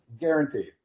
guaranteed